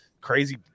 crazy